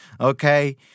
Okay